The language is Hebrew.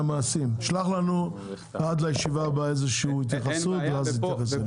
עד לישיבה הבאה תשלח לנו איזושהי התייחסות ואנחנו נתייחס לזה.